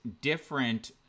different